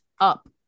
up